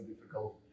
difficult